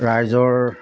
ৰাইজৰ